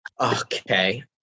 Okay